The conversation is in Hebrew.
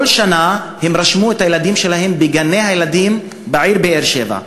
כל שנה הם רשמו את הילדים שלהם בגני-הילדים בעיר באר-שבע.